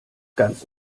ganz